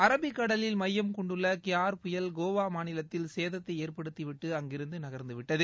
அரபிக்கடலில் மையம் கொண்டுள்ள கியார் புயல் கோவா மாநிலத்தில் சேதத்தை ஏற்படுத்தி விட்டு அங்கிருந்து நகர்ந்துவிட்டது